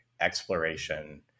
exploration